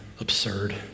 absurd